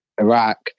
Iraq